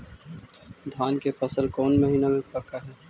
धान के फसल कौन महिना मे पक हैं?